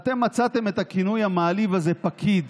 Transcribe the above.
אתם מצאתם את הכינוי המעליב הזה, "פקיד".